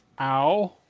Ow